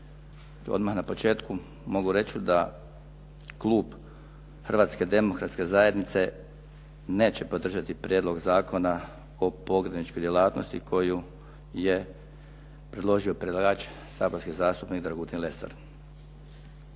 Odmah na početku mogu reći da klub Hrvatske demokratske zajednice neće podržati Prijedlog zakona o pogrebničkoj djelatnosti koju je predložio predlagač saborski zastupnik Dragutin Lesar.